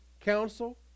council